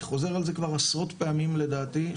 אני חוזר על זה כבר עשרות פעמים לדעתי,